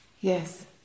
Yes